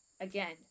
again